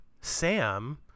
Sam